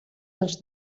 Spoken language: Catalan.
als